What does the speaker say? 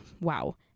wow